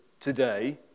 today